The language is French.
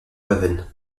haven